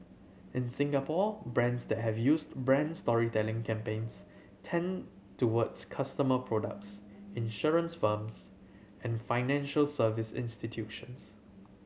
in Singapore brands that have used brands storytelling campaigns tend towards customer products insurance firms and financial service institutions